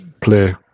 play